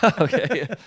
Okay